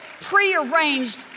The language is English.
prearranged